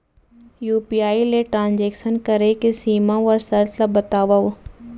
UPI ले transaction करे के सीमा व शर्त ला बतावव?